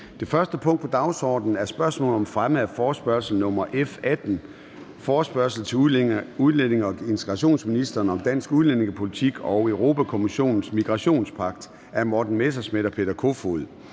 Det første punkt på dagsordenen er: 1) Spørgsmål om fremme af forespørgsel nr. F 18: Forespørgsel til udlændinge- og integrationsministeren om dansk udlændingepolitik og Europa-Kommissionens migrationspagt. Af Morten Messerschmidt (DF) og Peter Kofod